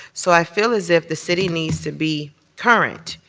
so i feel as if the city needs to be current.